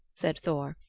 said thor,